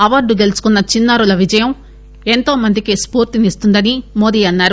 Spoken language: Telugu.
అవార్డు గెలుచుకున్న చిన్నారుల విజయం ఎంతో మందికి స్పూర్తినిస్తుందని మోది అన్నారు